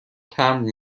تمبر